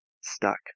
stuck